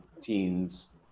Teens